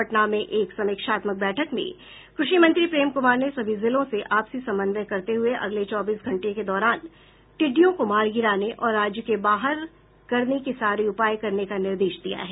पटना में एक समीक्षात्मक बैठक में कृषि मंत्री प्रेम कुमार ने सभी जिलों से आपसी समन्वय करते हुए अगले चौबीस घंटे के दौरान टिड्डियों को मार गिराने और राज्य के बाहर करने के सारे उपाय करने का निर्देश दिया है